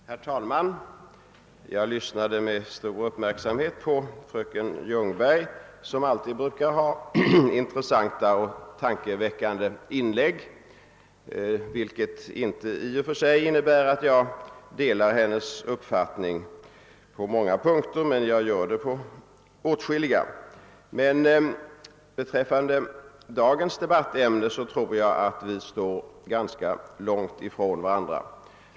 Herr talman! Jag lyssnade med stor uppmärksamhet på fröken Ljungberg, som brukar göra intressanta och tankeväckande inlägg. Det innebär i och för sig inte att jag delar hennes uppfattning på alla punkter, men jag gör det på åtskilliga. Beträffande dagens debattämne tror jag emellertid att vi står ganska långt ifrån varandra.